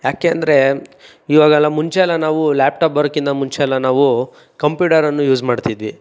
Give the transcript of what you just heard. ಏಕೆ ಅಂದರೆ ಇವಾಗೆಲ್ಲ ಮುಂಚೆಯೆಲ್ಲ ನಾವು ಲ್ಯಾಪ್ ಟಾಪ್ ಬರೋಕ್ಕಿಂತ ಮುಂಚೆಯೆಲ್ಲ ನಾವು ಕಂಪ್ಯೂಟರನ್ನು ಯೂಸ್ ಮಾಡ್ತಿದ್ವಿ